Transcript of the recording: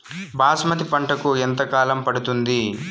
బాస్మతి పంటకు ఎంత కాలం పడుతుంది?